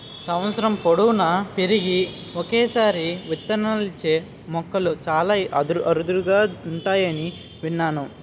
సంవత్సరం పొడువునా పెరిగి ఒక్కసారే విత్తనాలిచ్చే మొక్కలు చాలా అరుదుగా ఉంటాయని విన్నాను